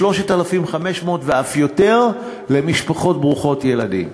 ו-3,500 ואף יותר למשפחות ברוכות ילדים.